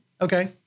Okay